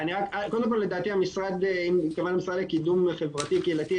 קודם כל אם את מתכוונת למשרד לקידום חברתי קהילתי,